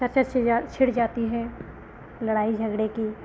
चर्चा छिड़ या छिड़ जाती है लड़ाई झगड़े की